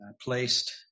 placed